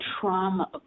trauma